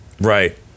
right